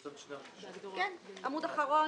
עמוד אחרון,